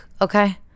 Okay